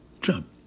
Trump